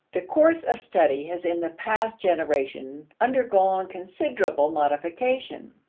the course of study has in the past generation undergone considerable modification.